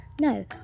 No